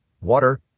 water